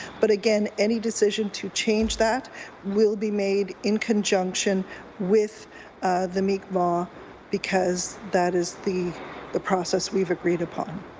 but again any decision to change that will be made in conjunction with the mi'kmaw because that is the the process we have agreed upon.